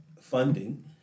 funding